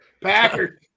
Packers